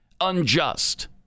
unjust